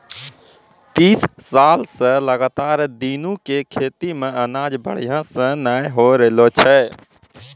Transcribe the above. तीस साल स लगातार दीनू के खेतो मॅ अनाज बढ़िया स नय होय रहॅलो छै